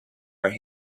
are